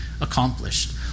accomplished